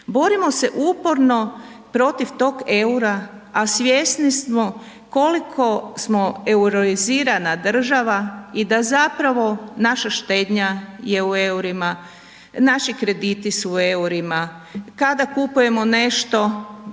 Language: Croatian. Borimo se uporno protiv tog EUR-a, a svjesni smo koliko smo euroizirana država i da zapravo naša štednja je u EUR-ima, naši krediti su u EUR-ima, kada kupujemo nešto